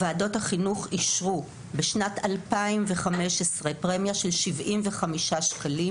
ועדת החינוך אישרה בשנת 2015 פרמיה של 75 שקלים